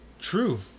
true